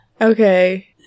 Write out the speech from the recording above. Okay